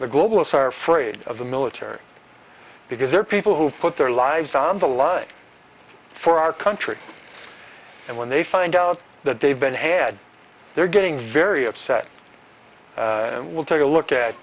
the global star fraid of the military because they're people who put their lives on the line for our country and when they find out that they've been had they're getting very upset we'll take a look